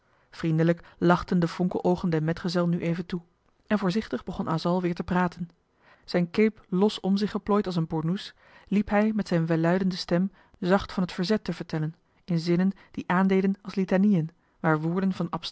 lachten de fonkeloogen den metgezel nu even toe en voorzichtig begon asal weer te praten zijn cape los om zich geplooid als een boernoes liep hij met zijn welluidende stem zacht van het verzet te vertellen in zinnen die aandeden als litanieën waar woorden van